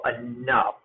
enough